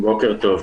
בוקר טוב.